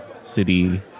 city